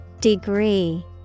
Degree